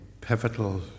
pivotal